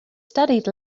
studied